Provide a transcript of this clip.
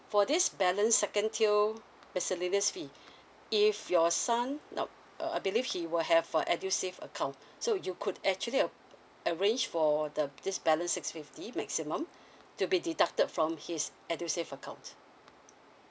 for this balance second tier miscellaneous fee if your son now uh I believe he will have a edusave account so you could actually a~ arrange for the this balance six fifty maximum to be deducted from his edusave account